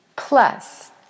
Plus